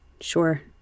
Sure